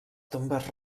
tombes